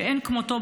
שאין כמותו,